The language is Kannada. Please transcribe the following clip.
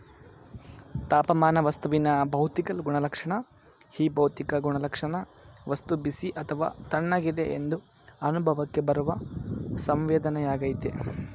ತಾಪಮಾನ ವಸ್ತುವಿನ ಭೌತಿಕ ಗುಣಲಕ್ಷಣ ಈ ಭೌತಿಕ ಗುಣಲಕ್ಷಣ ವಸ್ತು ಬಿಸಿ ಅಥವಾ ತಣ್ಣಗಿದೆ ಎಂದು ಅನುಭವಕ್ಕೆ ಬರುವ ಸಂವೇದನೆಯಾಗಯ್ತೆ